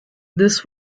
this